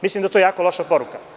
Mislim da je to jako loša poruka.